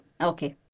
Okay